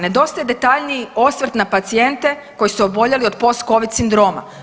Nedostaje detaljniji osvrt na pacijente koji su oboljeli od post covid sindroma.